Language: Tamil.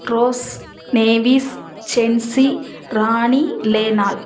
ரோஸ் நேவிஸ் ஜென்சி ராணி லேனால்